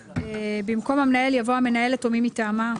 במקום "המנהל" יבוא "המנהלת או מי מטעמה".